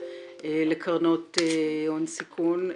לקרנות הון סיכון,